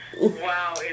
Wow